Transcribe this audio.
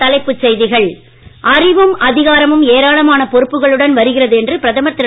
மீண்டும் தலைப்புச் செய்திகள் அறிவும் அதிகாரமும் ஏராளமான பொறுப்புகளுடன் வருகிறது என்று பிரதமர் திரு